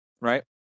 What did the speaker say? right